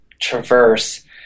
traverse